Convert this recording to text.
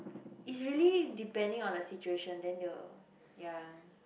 is really depending on the situation then they will ya